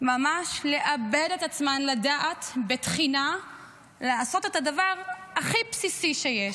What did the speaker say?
ממש לאבד את עצמן לדעת בתחינה לעשות את הדבר הכי בסיסי שיש: